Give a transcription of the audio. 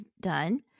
done